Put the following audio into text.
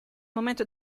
momento